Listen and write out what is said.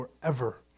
forever